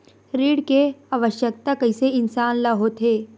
ऋण के आवश्कता कइसे इंसान ला होथे?